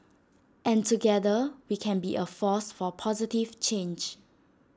and together we can be A force for positive change